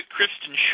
Kristen